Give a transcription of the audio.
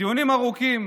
דיונים ארוכים,